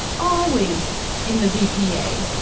always in the vpa.